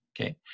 okay